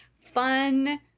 fun